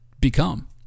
become